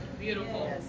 Beautiful